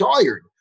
tired